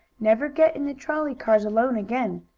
never get in the trolley cars alone again!